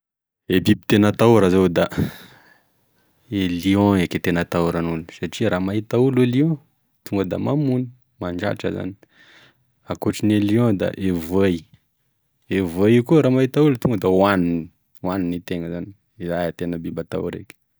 E biby tena hatahora zao da e lion eky tena hataoran'olo, satria raha mahita olo e lion tonga da mamono, mandratra zany, akoatrigne lion da e voay, e voay io koa raha mahita olo tonga da hoagniny, hoagniny itegna zany, iza tena biby hatahoraky.